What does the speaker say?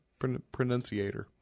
pronunciator